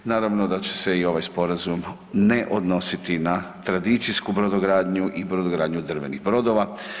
Naravno da će se i ovaj sporazum ne odnositi na tradicijsku brodogradnju i brodogradnju drvenih brodova.